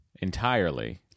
entirely